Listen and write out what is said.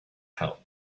help